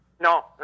No